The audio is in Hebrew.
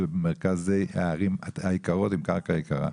נמצאים במרכזי הערים היקרות ועלות הקרקע שלהם יקרה.